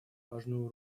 важную